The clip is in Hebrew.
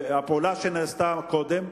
והפעולה שנעשתה קודם,